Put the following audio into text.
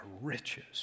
riches